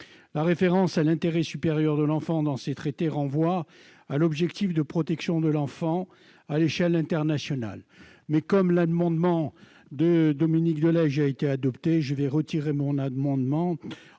La référence à l'intérêt supérieur de l'enfant dans ces traités renvoie à l'objectif de protection de l'enfant à l'échelle internationale. L'amendement de M. de Legge ayant été adopté, je retire le mien. L'amendement